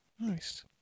Nice